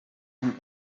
and